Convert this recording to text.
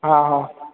हा हा